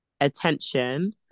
attention